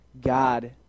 God